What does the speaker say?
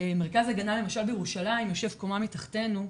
מרכז ההגנה, למשל בירושלים, יושב קומה מתחתינו,